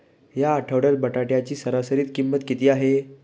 या आठवड्यात बटाट्याची सरासरी किंमत किती आहे?